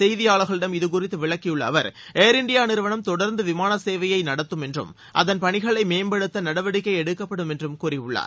செய்தியாளர்களிடம் இதுகுறித்து விளக்கியுள்ள அவர் ஏர் இண்டியா நிறுவனம் தொடர்ந்து விமான சேவையை நடத்தும் என்றும் அதன் பணிகளை மேம்படுத்த நடவடிக்கை எடுக்கப்படும் என்றும் கூறியுள்ளார்